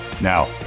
Now